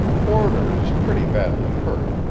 porter is pretty badly hurt.